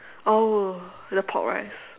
oh the pork rice